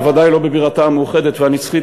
בוודאי לא בבירתה המאוחדת והנצחית,